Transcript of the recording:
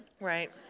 Right